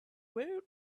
woot